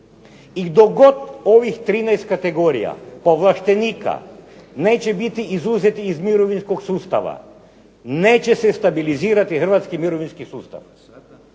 I dok god ovih 13 kategorija povlaštenika neće biti izuzeti iz mirovinskog sustava, neće se stabilizirati hrvatski mirovinski sustav.